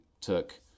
took